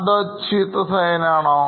അതോ ചീത്ത സൈൻആണോ